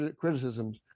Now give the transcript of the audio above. criticisms